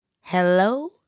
Hello